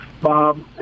Bob